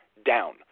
down